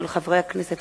מאת חברי הכנסת